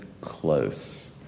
close